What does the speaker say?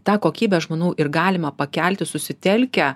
tą kokybę aš manau ir galima pakelti susitelkę